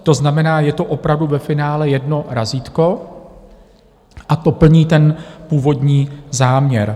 To znamená, je to opravdu ve finále jedno razítko a to plní ten původní záměr.